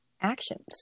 actions